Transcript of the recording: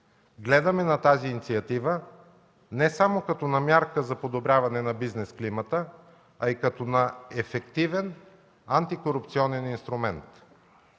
Гледаме на тази инициатива не само като на мярка за подобряване на бизнес климата, а и като на ефективен антикорупционен инструмент.